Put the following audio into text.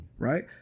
Right